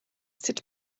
sut